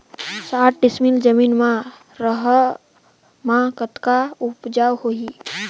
साठ डिसमिल जमीन म रहर म कतका उपजाऊ होही?